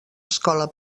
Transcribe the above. escola